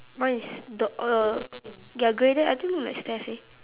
mine is door err ya grey then I think look like stairs eh